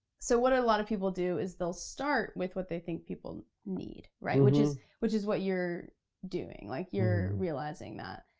so what a lot of people do, is they'll start with what they think people need, right? which is which is what you're doing, like you're realizing that.